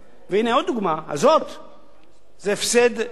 זה הפסד למדינת ישראל,